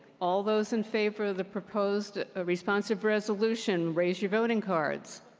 all those in favor of the proposed ah responsive resolution, raise your voting cards.